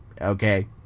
Okay